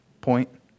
point